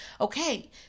Okay